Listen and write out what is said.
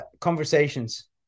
conversations